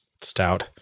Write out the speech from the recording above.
stout